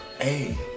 Hey